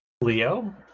Leo